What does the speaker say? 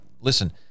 Listen